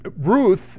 Ruth